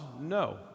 no